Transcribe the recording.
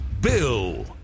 Bill